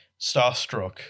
Starstruck